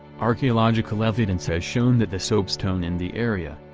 archaeological evidence has shown that the soapstone in the area,